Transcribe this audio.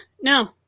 no